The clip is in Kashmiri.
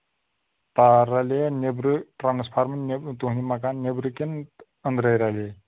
تار رَلے یا نیبرٕ ٹرٛانَسفارمہٕ نیٚبرٕ تُہٕنٛدِ مَکانہٕ نیبرٕ کِنہٕ أنٛدرَے رَلے